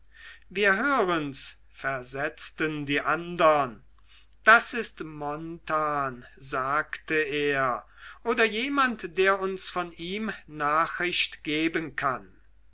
wir hören's versetzten die andern das ist montan sagte er oder jemand der uns von ihm nachricht geben kann